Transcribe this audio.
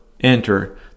enter